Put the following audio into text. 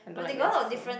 I don't like Vans also